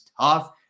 tough